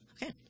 Okay